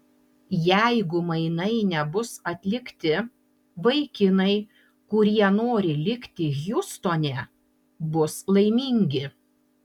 jeigu mainai nebus atlikti vaikinai kurie nori likti hjustone bus laimingi